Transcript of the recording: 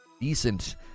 decent